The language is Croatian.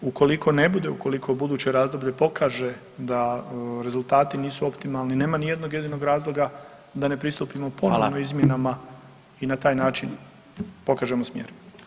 Ukoliko ne bude, ukoliko buduće razdoblje pokaže da rezultati nisu optimalni, nema ni jednog jedinog razloga da ne pristupimo ponovno [[Upadica: Hvala.]] izmjenama i na taj način pokažemo smjer.